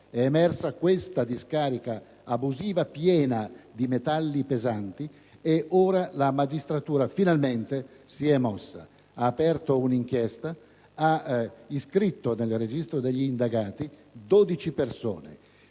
È emersa quindi una discarica abusiva piena di metalli pesanti e ora la magistratura finalmente si è mossa: ha aperto un'inchiesta, ha iscritto nel registro degli indagati 12 persone,